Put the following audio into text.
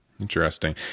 interesting